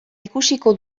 ikusiko